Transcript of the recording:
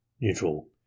Neutral